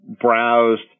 browsed